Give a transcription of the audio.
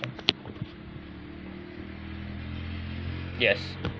yes